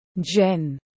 Jen